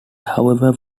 however